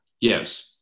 Yes